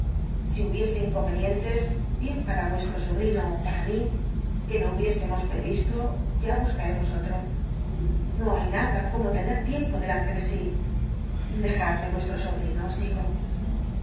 si hubiese inconyenientes bien para vuestro sobrino ó pam mi jnc no hubiésemos preyisto ya buscajcmos otjo no hay nada como lcncj tiempo delante lle si o sobrino os digo